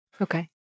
Okay